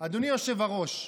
אדוני היושב-ראש,